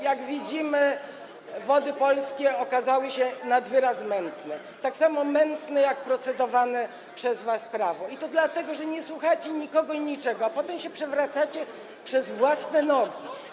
Jak widzimy, Wody Polskie okazały się nad wyraz mętne, tak samo mętne jak procedowane przez was prawo, i to dlatego, że nie słuchacie nikogo i niczego, a potem przewracacie się, potykacie o własne nogi.